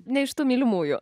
ne iš tų mylimųjų